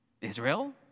Israel